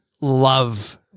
love